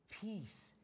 Peace